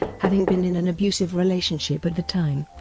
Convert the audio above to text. having been in an abusive relationship at the time.